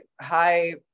high